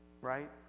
Right